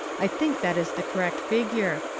i think that is the correct figure,